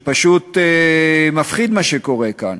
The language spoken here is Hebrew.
פשוט מפחיד מה שקורה כאן.